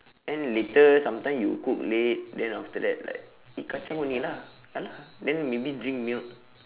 then later sometimes you cook late then after that like eat kacang only lah ya lah then maybe drink milk